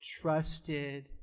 trusted